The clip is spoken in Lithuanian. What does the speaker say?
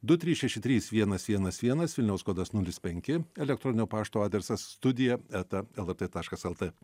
du trys šeši trys vienas vienas vienas vilniaus kodas nulis penki elektroninio pašto adresas studija eta lrt taškas lt